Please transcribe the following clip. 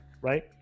right